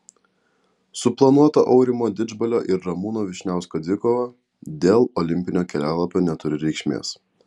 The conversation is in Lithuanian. suplanuota aurimo didžbalio ir ramūno vyšniausko dvikova dėl olimpinio kelialapio neturi reikšmės